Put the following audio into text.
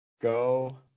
Go